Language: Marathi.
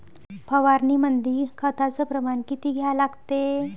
फवारनीमंदी खताचं प्रमान किती घ्या लागते?